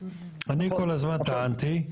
אני כל הזמן טענתי,